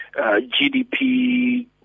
GDP